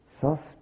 soft